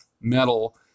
metal